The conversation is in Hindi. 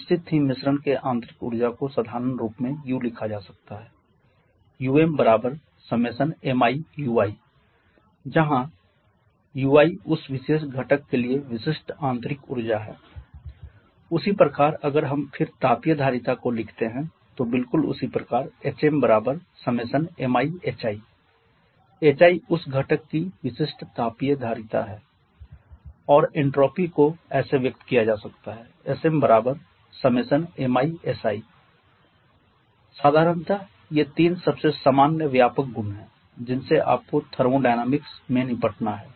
निश्चित ही मिश्रण के आंतरिक ऊर्जा को साधारणरूप में U लिखा जा सकता है Umi1kmi ui जहां ui उस विशेष घटक के लिए विशिष्ट आंतरिक ऊर्जा है उसी प्रकार अगर हम फिर तापीय धारिता को लिखते हैं तो बिल्कुल उसी प्रकार Hmi1kmi hi hi उस घटक कीविशिष्ट तापीय धारिता है और एन्ट्रापी को ऐसे व्यक्त किया जा सकता है Smi1kmi si साधारणत ये तीन सबसे सामान्य व्यापक गुण हैं जिनसे आपकोथर्मोडायनामिक्स में निपटना है